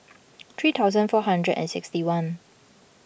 three thousand four hundred and sixty one